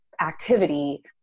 activity